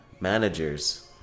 managers